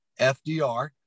FDR